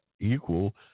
equal